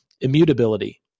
Immutability